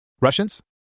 Russians